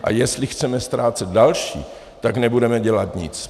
A jestli chceme ztrácet další, tak nebudeme dělat nic.